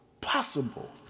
possible